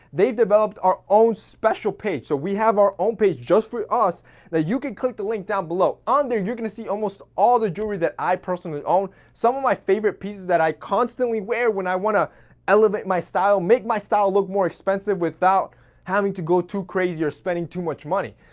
they've developed our own special page, so we have our own page just for us that you can click the link down below. on there you're gonna see almost all the jewelry that i personally own, some of my favorite pieces that i constantly wear when i want to elevate my style make my style look more expensive without having to go too crazy or spending too much money.